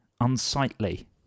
unsightly